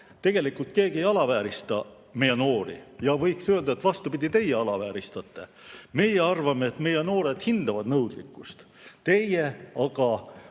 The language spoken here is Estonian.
tegelikult keegi ei alaväärista meie noori. Võiks öelda vastupidi, et teie alavääristate. Meie arvame, et meie noored hindavad nõudlikkust. Teie aga